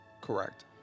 Correct